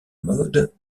modes